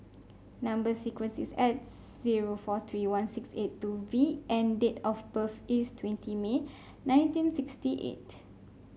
number sequence is S zero four three one six eight two V and date of birth is twenty May nineteen sixty eight